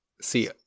see